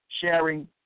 sharing